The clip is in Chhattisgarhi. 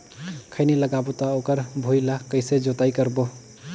खैनी लगाबो ता ओकर भुईं ला कइसे जोताई करबो?